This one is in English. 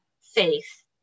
faith